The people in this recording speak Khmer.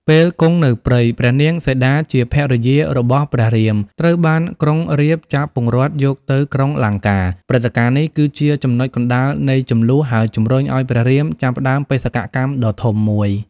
ពេលគង់នៅព្រៃ ព្រះនាងសីតាជាភរិយារបស់ព្រះរាម ត្រូវបានក្រុងរាពណ៍ចាប់ពង្រត់យកទៅក្រុងលង្កា។ ព្រឹត្តិការណ៍នេះគឺជាចំណុចកណ្ដាលនៃជម្លោះ ហើយជំរុញឲ្យព្រះរាមចាប់ផ្ដើមបេសកកម្មដ៏ធំមួយ។